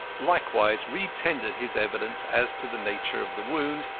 likewise retendered his evidence as to the nature of the wound,